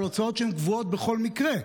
על הוצאות שהן קבועות בכל מקרה.